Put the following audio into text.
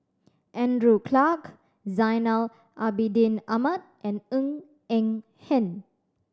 Andrew Clarke Zainal Abidin Ahmad and Ng Eng Hen